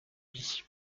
lie